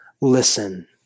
listen